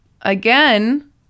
again